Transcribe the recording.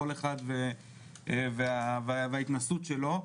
כל אחד וההתנסות שלו,